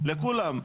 לכולם,